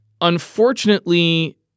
Unfortunately